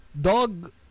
dog